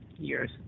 years